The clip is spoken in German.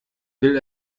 will